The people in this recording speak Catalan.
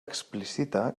explicita